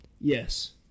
Yes